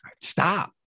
stop